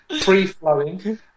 Free-flowing